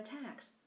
attacks